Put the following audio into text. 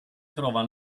trova